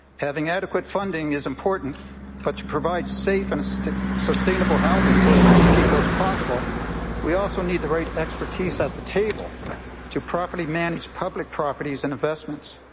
having adequate funding is important but to provide safe and sustainable housing for as many people as possible we also need the right expertise at the table to properly manage public properties and investments.